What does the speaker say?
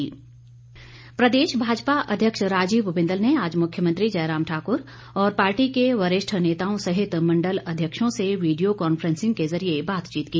बिंदल प्रदेश भाजपा अध्यक्ष राजीव बिंदल ने आज मुख्यमंत्री जयराम ठाकुर और पार्टी के वरिष्ठ नेताओं सहित मंडल अध्यक्षों से वीडियो कॉफ्रेंसिंग के जरिए बातचीत की